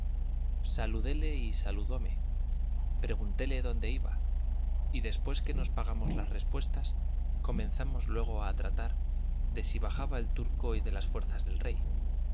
saludéle y saludóme preguntéle dónde iba y después que nos pagamos las respuestas comenzamos luego a tratar de si bajaba el turco y de las fuerzas del rey